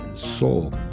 Soul